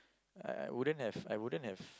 I I wouldn't have I wouldn't have